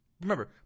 Remember